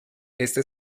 éste